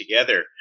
together